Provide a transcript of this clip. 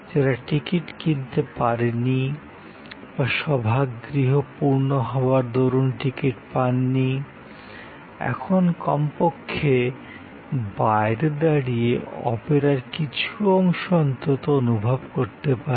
যারা টিকিট কিনতে পারেনি বা সভাগৃহ পূর্ণ হওয়ার দরুন টিকিট পাননি এখন কমপক্ষে বাইরে দাঁড়িয়ে অপেরার কিছু অংশ অন্তত অনুভব করতে পারবে